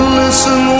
listen